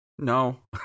No